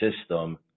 system